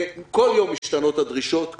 בכל יום משתנות הדרישות,